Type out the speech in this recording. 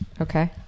Okay